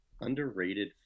Underrated